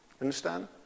Understand